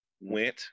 went